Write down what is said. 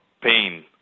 pain